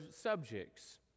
subjects